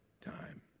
time